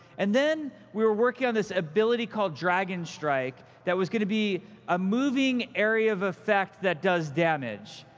and then we were working on this ability called dragon strike, that was going to be a moving area of effect that does damage.